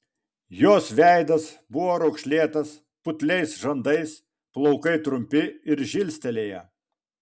jos veidas buvo raukšlėtas putliais žandais plaukai trumpi ir žilstelėję